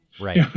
Right